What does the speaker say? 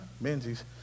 Menzies